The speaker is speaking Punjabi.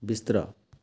ਬਿਸਤਰਾ